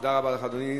תודה רבה לך, אדוני